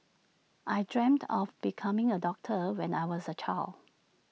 I dreamt of becoming A doctor when I was A child